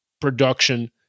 production